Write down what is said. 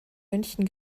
münchen